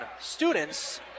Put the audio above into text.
students